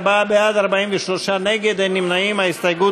ההסתייגות